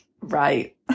Right